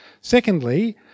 Secondly